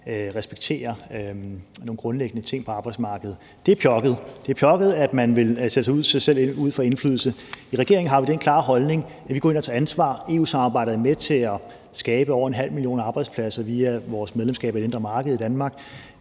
respekterer nogle grundlæggende ting på arbejdsmarkedet. Det er pjokket. Det er pjokket, at man vil sætte sig selv uden for indflydelse. I regeringen har vi den klare holdning, at vi går ind og tager ansvar. EU-samarbejdet er med til at skabe over en halv million arbejdspladser via vores medlemskab af